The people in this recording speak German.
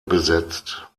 besetzt